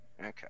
Okay